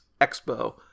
Expo